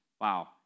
Wow